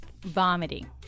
vomiting